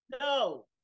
no